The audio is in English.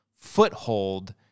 foothold